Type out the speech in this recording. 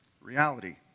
reality